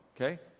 Okay